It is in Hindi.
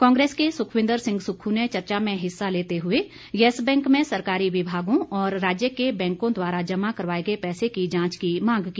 कांग्रेस के सुखविंद्र सिंह सुक्खू ने चर्चा में हिस्सा लेते हुए यस बैंक में सरकारी विभागों और राज्य के बैंकों द्वारा जमा करवाए गए पैसे की जांच की मांग की